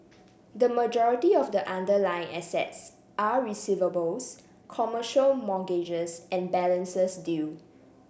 the majority of the underlying assets are receivables commercial mortgages and balances due